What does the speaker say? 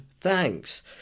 thanks